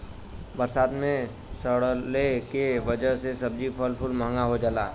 बरसात मे सड़ले के वजह से सब्जी फल कुल महंगा हो जाला